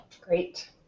Great